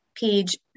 page